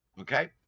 okay